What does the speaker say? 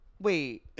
wait